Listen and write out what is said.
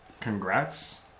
Congrats